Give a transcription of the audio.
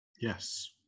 Yes